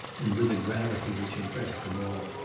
and with a gravity which impressed them all.